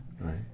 Right